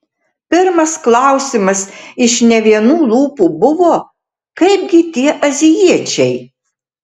pirmas klausimas iš ne vienų lūpų buvo kaipgi tie azijiečiai